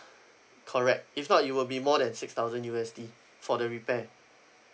correct if not it will be more than six thousand U_S_D for the repair